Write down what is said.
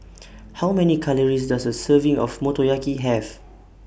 How Many Calories Does A Serving of Motoyaki Have